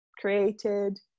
created